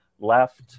left